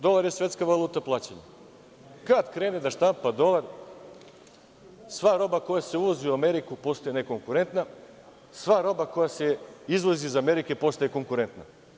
Dolar je svetska valuta plaćanja, kada krene da štampa dolar sva roba koja se uvozi u Ameriku postaje nekonkurentna, sva roba koja se izvozi iz Amerike postaje konkurentna.